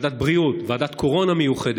ועדת בריאות, ועדת קורונה מיוחדת.